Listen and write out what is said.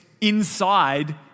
inside